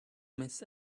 miss